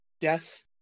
death